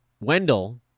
Wendell